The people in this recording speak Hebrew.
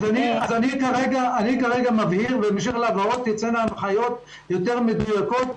אני כרגע מבהיר ובהמשך להבהרות תצאנה הנחיות יותר מדויקות.